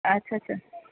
ਅੱਛਾ ਅੱਛਾ